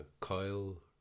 Kyle